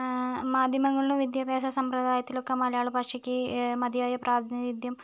മാധ്യമങ്ങളിലും വിദ്യാഭ്യാസ സമ്പ്രദായത്തിലും ഒക്കെ മലയാള ഭാഷയ്ക്ക് മതിയായ പ്രാധിനിത്യം